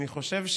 אני חושב,